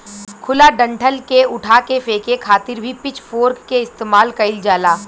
खुला डंठल के उठा के फेके खातिर भी पिच फोर्क के इस्तेमाल कईल जाला